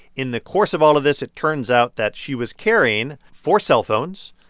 in the course of all of this, it turns out that she was carrying four cellphones,